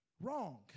Wrong